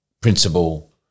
principle